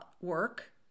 work